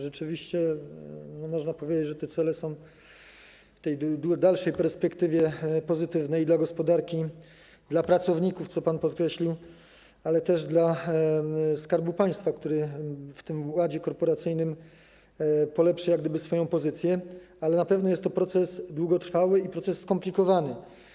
Rzeczywiście można powiedzieć, że te cele są w dalszej perspektywie pozytywne dla gospodarki, dla pracowników, co pan podkreślił, ale też dla Skarbu Państwa, który w tym ładzie korporacyjnym polepszy jak gdyby swoją pozycję, ale na pewno będzie to proces długotrwały i skomplikowany.